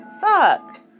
Fuck